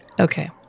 Okay